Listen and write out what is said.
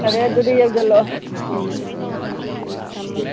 ꯐꯔꯦ ꯑꯗꯨꯗꯤ ꯌꯧꯁꯤꯜꯂꯛꯑꯣ ꯎꯝ ꯊꯝꯃꯦ